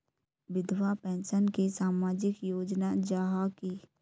विधवा पेंशन की सामाजिक योजना जाहा की?